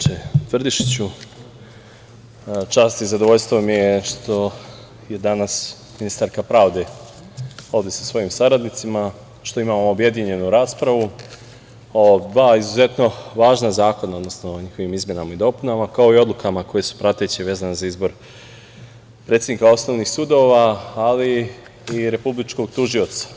Čast i zadovoljstvo mi je što je danas ministarka pravde ovde sa svojim saradnicima, što imamo objedinjenu raspravu o dva izuzetno važna zakona, odnosno njihovim izmenama i dopunama, kao i odlukama koje su prateće i vezane za izbor predsednika osnovnih sudova, ali i Republičkog tužioca.